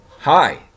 Hi